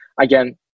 again